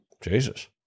Jesus